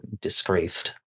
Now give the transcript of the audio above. disgraced